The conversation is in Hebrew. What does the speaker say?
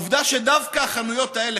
העובדה שדווקא החנויות האלה,